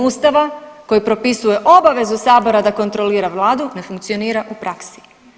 Ustava koji propisuje obavezu Sabora da kontrolira Vladu ne funkcionira u praksi.